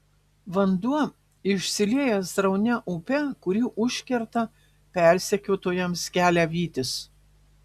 vanduo išsilieja sraunia upe kuri užkerta persekiotojams kelią vytis